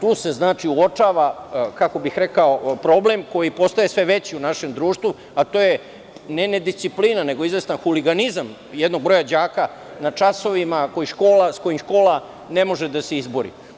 Tu se, dakle, uočava problem koji postaje sve veći u našem društvu, a to je ne nedisciplina, nego izvestan huliganizam jednog broja đaka na časovima s kojim škola ne može da se izbori.